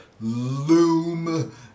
loom